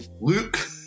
Luke